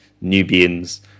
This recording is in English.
Nubians